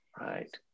Right